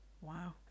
Wow